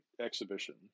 exhibition